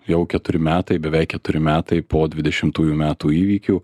jau keturi metai beveik keturi metai po dvidešimtųjų metų įvykių